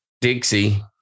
Dixie